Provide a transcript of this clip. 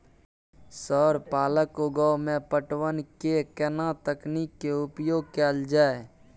Sir पालक उगाव में पटवन के केना तकनीक के उपयोग कैल जाए?